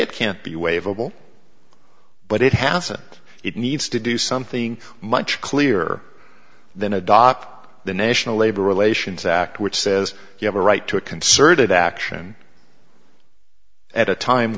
it can't be wave oval but it hasn't it needs to do something much clearer than adopt the national labor relations act which says you have a right to a concerted action at a time